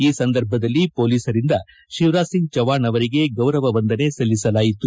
ಈ ಸಂದರ್ಭದಲ್ಲಿ ಮೊಲೀಸರಿಂದ ಶಿವರಾಜ್ಸಿಂಗ್ ಚೌಹಾಣ್ ಅವರಿಗೆ ಗೌರವ ವಂದನೆ ಸಲ್ಲಿಸಲಾಯಿತು